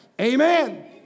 Amen